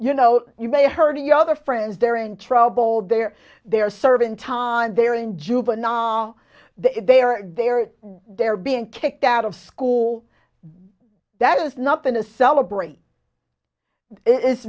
you know you may hurt your other friends they're in trouble they're they're serving time they're in juvenile they are there they're being kicked out of school that is nothing to celebrate it i